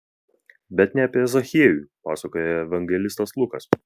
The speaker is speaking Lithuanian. bet ne apie zachiejų pasakoja evangelistas lukas